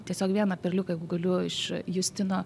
tiesiog vieną perliuką jeigu galiu iš justino